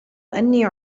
أني